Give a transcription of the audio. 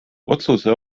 otsuse